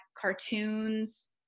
cartoons